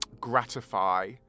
gratify